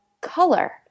color